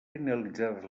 finalitzades